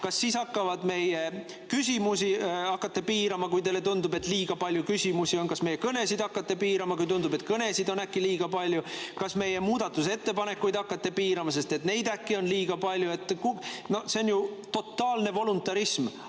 Kas siis te hakkate meie küsimusi piirama, kui teile tundub, et liiga palju küsimusi on? Kas meie kõnesid hakkate piirama, kui tundub, et kõnesid on äkki liiga palju? Kas ta hakkate ka meie muudatusettepanekuid piirama, sest neid äkki on liiga palju? No see on ju totaalne voluntarism,